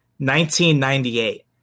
1998